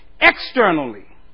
Externally